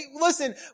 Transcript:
Listen